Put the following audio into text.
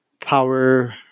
power